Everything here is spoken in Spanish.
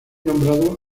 nombrado